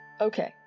Okay